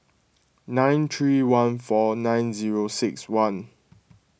nine three one four nine zero six one